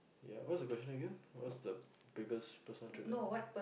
ya what's the question again what's the biggest personal trait that I like